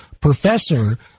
professor